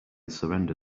surrender